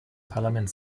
parlament